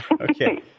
Okay